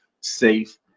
safe